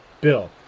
Bill